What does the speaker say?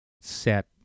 set